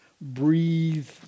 Breathe